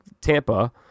Tampa